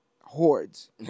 hordes